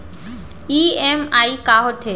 EMI का होथे?